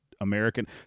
American